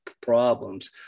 problems